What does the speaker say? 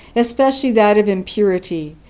especially that of impurity,